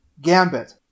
Gambit